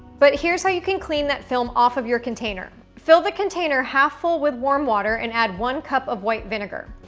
but, here's how you can clean that film off of your container. fill the container half full with warm water and add one cup of white vinegar.